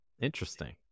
Interesting